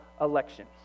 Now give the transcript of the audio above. election